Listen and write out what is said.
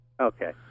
Okay